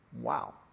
Wow